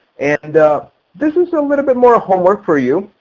and um this is a little bit more homework for you.